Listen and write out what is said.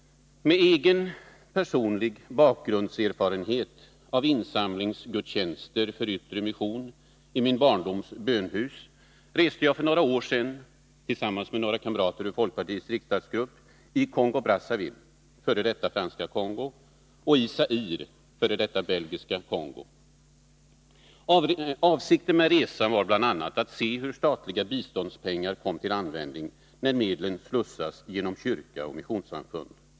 Med egen personlig bakgrundserfarenhet av insamlingsgudstjänster för yttre mission i min barndoms bönehus reste jag för några år sedan, tillsammans med några kamrater ur folkpartiets riksdagsgrupp, i Folkrepubliken Kongo, f.d. Franska Kongo, och i Zaire, f. d. Belgiska Kongo. Avsikten med resan var bl.a. att se hur statliga biståndspengar kom till användning när medlen slussats genom kyrka och missionssamfund.